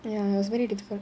ya it was very difficult